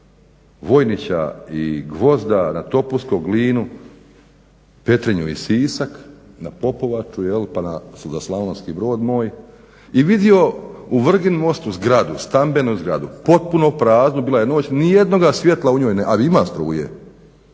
Vojnića i Gvozda na Topusko, Glinu, Petrinju i Sisak, na Popovaču pa za Slavonski Brod moj i vidio u Vrgin mostu zgradu, stambenu zgradu potpuno praznu. Bila je noć. Ni jednoga svjetla u njoj nema, ali ima struje,